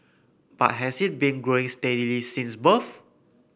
but has it been growing steadily since birth